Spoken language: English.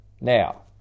Now